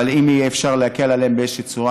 אבל אם אפשר יהיה להקל עליהם באיזושהי צורה,